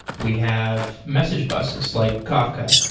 we have message buses, like kafka,